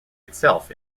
itself